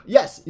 Yes